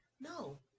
no